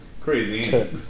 Crazy